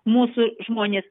mūsų žmonės